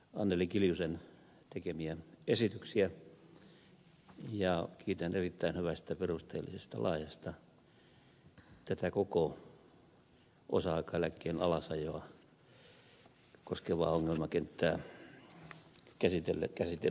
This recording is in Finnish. anneli kiljusen tekemiä esityksiä ja kiitän erittäin hyvästä perusteellisesta ja laajasta tätä koko osa aikaeläkkeen alasajoa koskevaa ongelmakenttää käsitelleestä puheenvuorosta